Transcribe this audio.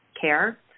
care